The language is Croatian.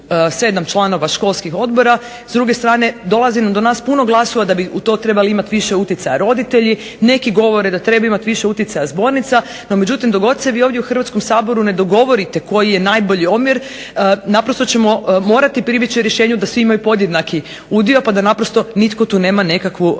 7 članova školskih odbora. S druge strane dolazi do nas puno glasova da bi u to trebali imati više utjecaja roditelji. Neki govore da treba imati više utjecaja zbornica. No međutim, dok god se vi ovdje u Hrvatskom saboru ne dogovorite koji je najbolji omjer naprosto ćemo morati pribjeći rješenju da svi imaju podjednaki udio pa da naprosto nitko tu nema nekakvu većinu.